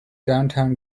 downtown